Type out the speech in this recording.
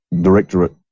directorate